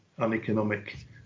uneconomic